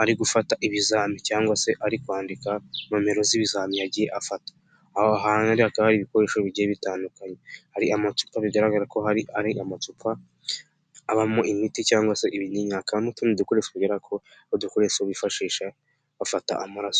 ari gufata ibizamini, cyangwa se ari kwandika nomero z'ibizamini yagiye afata. Akaba hari ibikoresho bigiye bitandukanye hari amacupa bigaragara ko ari amacupa abamo imiti, cyangwa se ibinini, n'utundi dukoresho bifashisha kugira ngo badukoreshe bafata amaraso.